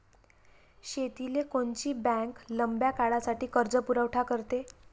शेतीले कोनची बँक लंब्या काळासाठी कर्जपुरवठा करते?